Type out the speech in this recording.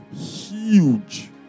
huge